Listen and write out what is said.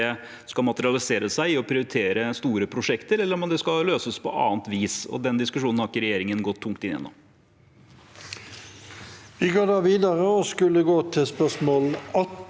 skal materialisere seg i å prioritere store prosjekter, eller om det skal løses på annet vis. Den diskusjonen har ikke regjeringen gått tungt inn i ennå.